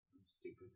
Stupid